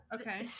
Okay